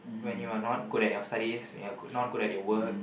when you are not good at your studies when you are good not good at your work